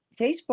Facebook